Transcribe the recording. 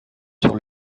sur